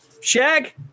shag